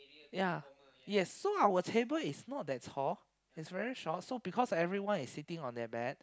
ya yes so our table is not that tall its very short because everyone is sitting at the back